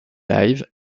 lives